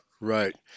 Right